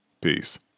Peace